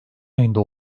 ayında